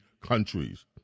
countries